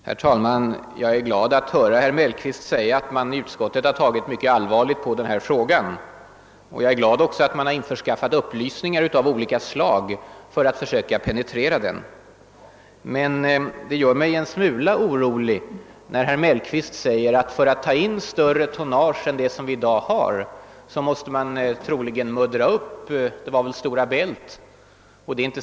Herr talman! Jag är glad att höra herr Mellqvist säga att utskottet har tagit mycket allvarligt på den här frågan. Jag är också glad över att man har skaffat upplysningar av olika slag för att försöka tränga in i den. Men det gör mig en smula orolig när herr Mellqvist säger att för att ta in större tonnage än det som vi i dag har måste man troligen muddra upp Stora Bält.